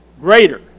Greater